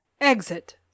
Exit